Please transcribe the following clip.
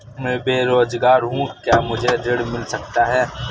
मैं बेरोजगार हूँ क्या मुझे ऋण मिल सकता है?